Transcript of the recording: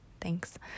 Thanks